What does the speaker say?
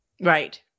Right